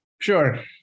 Sure